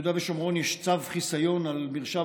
ביהודה ושומרון יש צו חיסיון על מרשם